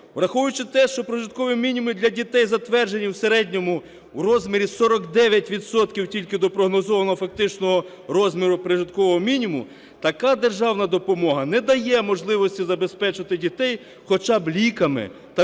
Враховуючи те, що прожиткові мінімуми для дітей затверджений в середньому в розмірі 49 відсотків тільки до прогнозованого фактичного розміру прожиткового мінімуму, така державна допомога не дає можливості забезпечити дітей хоча б ліками та відповідним